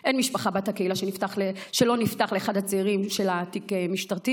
אין משפחה בת הקהילה שלא נפתח לאחד הצעירים שלה תיק משטרתי,